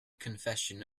confession